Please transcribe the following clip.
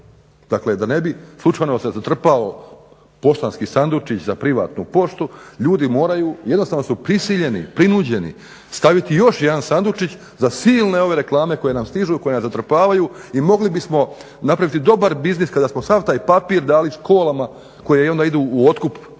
Dakle, da ne bi slučajno se zatrpao poštanski sandučić za privatnu poštu, ljudi moraju, jednostavno su prisiljeni, prinuđeni staviti još jedan sandučić za silne ove reklame koje nam stižu, koje nas zatrpavaju i mogli bismo napraviti dobar biznis kada bismo sav taj papir dali školama koje onda idu u otkup papira